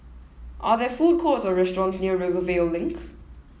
are there food courts or restaurants near Rivervale Link